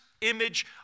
image